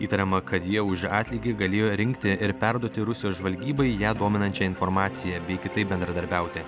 įtariama kad jie už atlygį galėjo rinkti ir perduoti rusijos žvalgybai ją dominančią informaciją bei kitaip bendradarbiauti